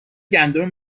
گندم